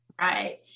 Right